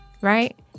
right